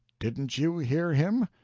didn't you hear him?